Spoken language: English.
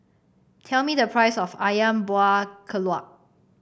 tell me the price of ayam Buah Keluak